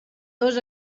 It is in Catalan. dos